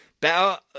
better